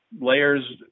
layers